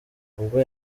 ubwo